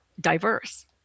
diverse